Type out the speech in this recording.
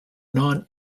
non